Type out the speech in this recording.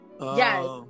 Yes